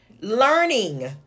Learning